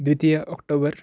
द्वितीय अक्टोबर्